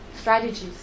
strategies